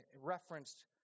referenced